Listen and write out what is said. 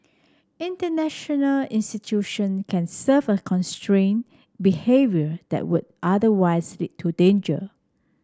international institution can serve a constrain behaviour that would otherwise lead to danger